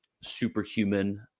superhuman